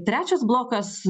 trečias blokas